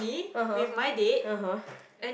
(uh huh)